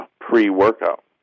pre-workout